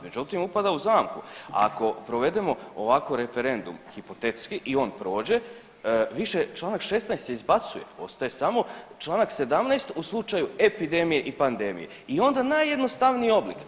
Međutim upada u zamku, ako provedemo ovako referendum hipotetski i on prođe više Članak 16. se izbacuje ostaje Članak 17. u slučaju epidemije i pandemije i onda najjednostavniji oblik.